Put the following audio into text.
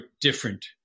different